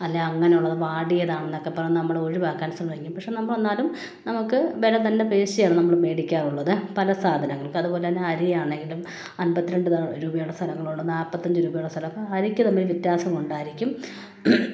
അല്ല അങ്ങനെയുള്ളത് വാടിയതാണെന്നൊക്കെ പറഞ്ഞ് നമ്മളെ ഒഴിവാക്കാൻ ശ്രമിക്കും പക്ഷെ നമ്മളെന്നാലും നമുക്ക് വില തന്നെ പേശിയാണ് നമ്മൾ മേടിക്കാറുള്ളത് പല സാധനങ്ങൾക്ക് അതുപോലെത്തന്നെ അരിയാണെങ്കിലും അമ്പത്തിരണ്ട് രൂപയുള്ള സ്ഥലങ്ങളുണ്ട് നാൽപ്പത്തഞ്ച് രൂപയുള്ള സ്ഥലം അപ്പം അരിക്ക് തമ്മിൽ വ്യത്യാസമുണ്ടായിരിക്കും